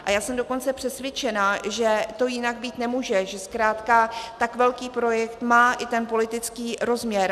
A já jsem dokonce přesvědčena, že to jinak být nemůže, že zkrátka tak velký projekt má i politický rozměr.